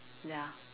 ya